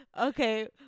Okay